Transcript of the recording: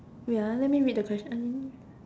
wait ah let me read the question I didn't